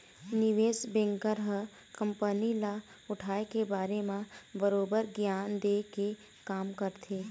निवेस बेंकर ह कंपनी ल उठाय के बारे म बरोबर गियान देय के काम करथे